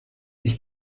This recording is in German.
ich